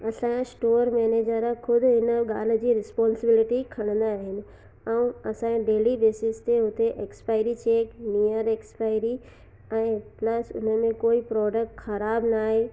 असांजा store manager ख़ुदि हिन ॻाल्हि जी रिस्पोंसबिलिटी खणंदा आहिनि ऐं असांजे डेली बेसिस ते उते एक्सपाइरी चेक नीअर एक्सपाइरी ऐं प्लस उन में कोई प्रोडक्ट ख़राबु न आहे